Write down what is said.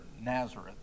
Nazareth